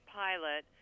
pilot